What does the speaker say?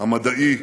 המדעי,